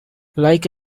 like